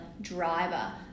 driver